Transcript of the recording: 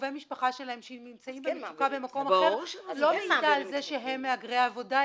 לקרובי משפחה שנמצאים במצוקה במקום אחר לא מעידה על זה שהם מהגרי עבודה,